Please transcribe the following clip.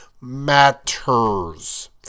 matters